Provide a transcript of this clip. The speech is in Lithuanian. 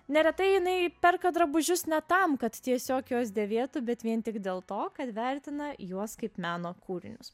neretai jinai perka drabužius ne tam kad tiesiog juos dėvėtų bet vien tik dėl to kad vertina juos kaip meno kūrinius